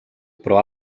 però